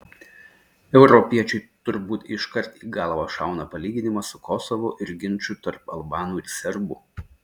europiečiui turbūt iškart į galvą šauna palyginimas su kosovu ir ginču tarp albanų ir serbų